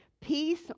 peace